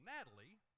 Natalie